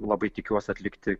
labai tikiuosi atlikti